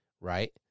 right